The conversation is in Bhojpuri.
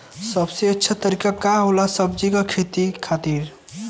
सबसे अच्छा तरीका का होला सब्जी के खेती खातिर?